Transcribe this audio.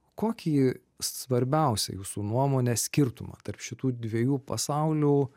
kokį svarbiausią jūsų nuomone skirtumą tarp šitų dviejų pasaulių